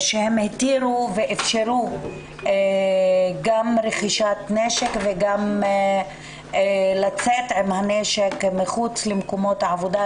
שהתירו ואיפשרו מכירת נשק וגם לצאת עם הנשק מחוץ למקומות העבודה,